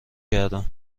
گردون